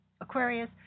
Aquarius